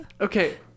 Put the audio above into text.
Okay